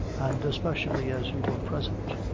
and especially as you were present.